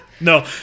No